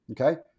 Okay